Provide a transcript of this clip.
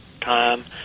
time